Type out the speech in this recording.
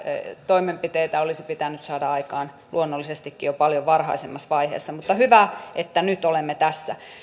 toimenpiteitä olisi pitänyt saada aikaan luonnollisestikin jo paljon varhaisemmassa vaiheessa mutta hyvä että nyt olemme tässä